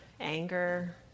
anger